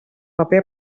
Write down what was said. paper